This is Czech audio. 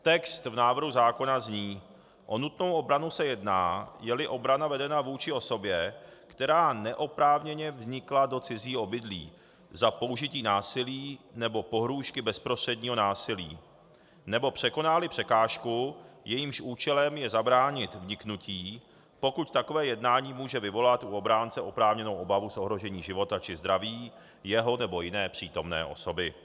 Text v návrhu zákona zní: O nutnou obranu se jedná, jeli obrana vedena vůči osobě, která neoprávněně vznikla do cizího obydlí za použití násilí nebo pohrůžky bezprostředního násilí nebo překonáli překážku, jejímž účelem je zabránit vzniknutí, pokud takové jednání může vyvolat u obránce oprávněnou obavu z ohrožení života či zdraví jeho nebo jiné přítomné osoby.